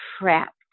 trapped